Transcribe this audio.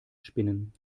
spinnen